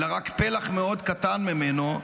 אלא רק פלח מאוד קטן ממנו,